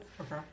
Okay